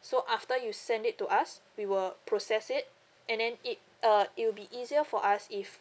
so after you send it to us we will process it and then it uh it will be easier for us if